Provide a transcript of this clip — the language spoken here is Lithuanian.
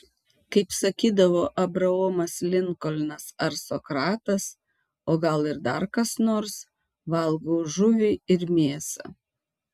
kaip sakydavo abraomas linkolnas ar sokratas o gal ir dar kas nors valgau žuvį ir mėsą